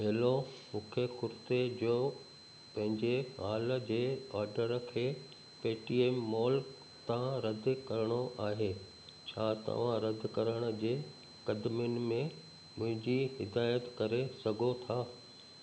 hello मूंखे कुर्ते जो पंहिंजे हाल जे ऑडर खे पेटीएम मॉल तां रदि करिणो आहे छा तव्हां रदि करण जे क़दमनि में मुंहिंजी हिदायत करे सघो था